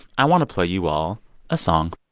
i want to play you all a song